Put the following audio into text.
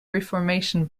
reformation